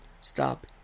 stop